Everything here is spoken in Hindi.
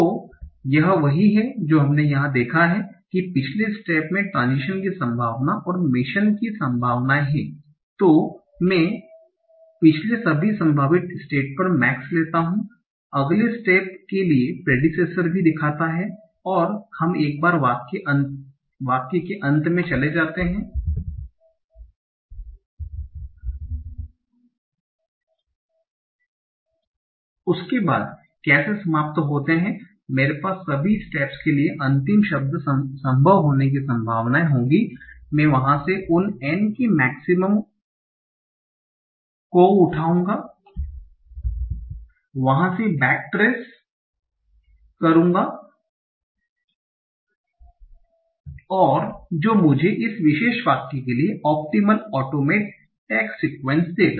तो यह वही है जो हमने यहां देखा है कि पिछले स्टेप में ट्रान्ज़िशन की संभावना और मिशन की संभावना है तो मैं पिछले सभी संभावित स्टेट पर max लेता हूं अगले स्टेप के लिए प्रेडिसेसर भी दिखाता है और हम एक बार वाक्य अंत मे चले जाते हैं उसके बाद कैसे समाप्त होते हैं मेरे पास सभी स्टेट्स के लिए अंतिम शब्द संभव होने की संभावनाएं होंगी मैं वहां से उन n के मेक्सिमम उठाऊंगा वहा से बैक ट्रेस करूंगा और जो मुझे इस विशेष वाक्य के लिए ऑप्टिमल आटोमेट टैग सिकुएंस देगा